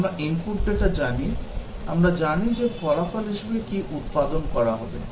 আমরা input data জানি আমরা জানি যে ফলাফল হিসাবে কি উৎপাদন করা হবে